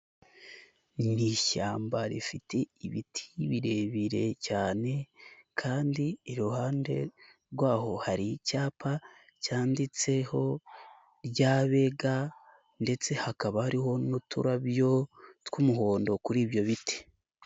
Ni ishyamba rifite ibiti birebire cyane kandi iruhande rwaho hari icyapa cyanditseho ry'Abega ndetse hakaba hariho n'uturabyo tw'umuhondo kuri ibyo biti.